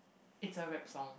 it's a rap song